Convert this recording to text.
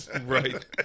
Right